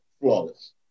flawless